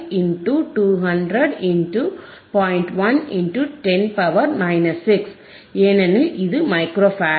1 10 6 ஏனெனில் இது micro farad